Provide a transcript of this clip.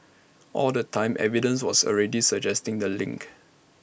all the time evidence was already suggesting the link